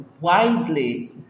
widely